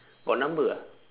got number ah